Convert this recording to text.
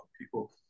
people